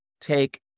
take